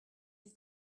ils